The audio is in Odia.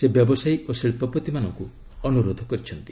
ସେ ବ୍ୟବସାୟୀ ଓ ଶିଳ୍ପପତିମାନଙ୍କୁ ଅନୁରୋଧ କରିଛନ୍ତି